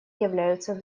являются